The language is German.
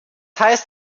heißt